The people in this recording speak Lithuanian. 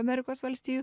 amerikos valstijų